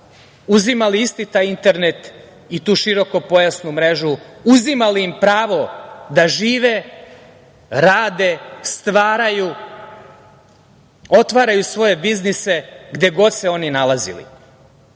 uzimali isti taj internet i tu širokopojasnu mrežu, uzimali im pravo da žive, rade, stvaraju, otvaraju svoje biznise gde god se oni nalazili. Ti